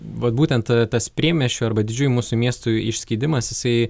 vat būtent ta tas priemiesčių arba didžiųjų mūsų miestui išskydimas jisai